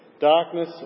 darkness